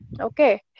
okay